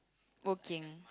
working